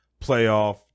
playoff